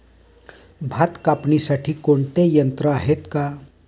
भात कापणीसाठी कोणते यंत्र आहेत का?